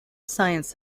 science